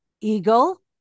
eagle